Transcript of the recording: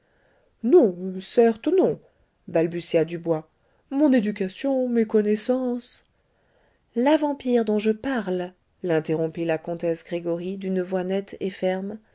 non certes non balbutia dubois mon éducation mes connaissances la vampire dont je parle l'interrompit la comtesse gregoryi d'une voix nette et ferme